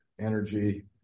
energy